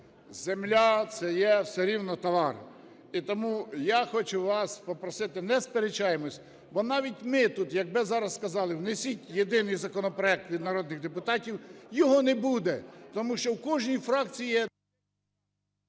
Земля – це є все рівно товар. І тому я хочу вас попросити: не сперечаємось. Бо навіть ми тут, якби зараз сказали: внесіть єдиний законопроект від народних депутатів, - його не буде, тому що у кожній фракції є…